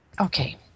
okay